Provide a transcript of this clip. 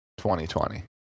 2020